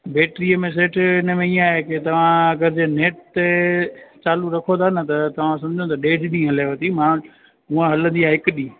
बेट्रीअ मे सेठ हिनमें ईंअ आहे की तव्हां अगरि जे नेट ते चालू रखो था न त तव्हां सम्झो त ॾेढ ॾींहुं हलेव थी मां वटि उहा हलंदी आहे हिकु ॾींहुं